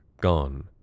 gone